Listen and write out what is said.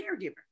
caregiver